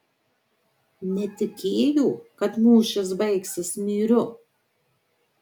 netikėjo kad mūšis baigsis myriu